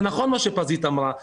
זה נכון מה שאמרה פזית,